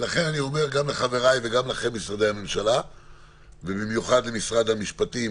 לכן אני אומר גם לחבריי וגם לכם במשרדי הממשלה ובמיוחד למשרד המשפטים